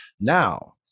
now